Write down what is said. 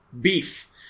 beef